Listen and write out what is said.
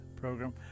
program